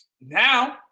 now